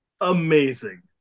Amazing